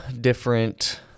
different